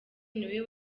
niwe